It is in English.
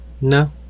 No